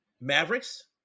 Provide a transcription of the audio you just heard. Mavericks